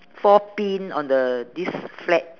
four pin on the this flag